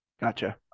Gotcha